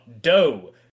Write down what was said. Doe